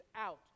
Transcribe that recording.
out